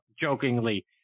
jokingly